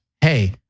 hey